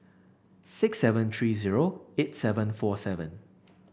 six seven three zero eight seven four seven